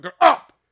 up